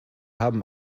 haben